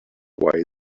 why